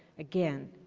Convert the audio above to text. again.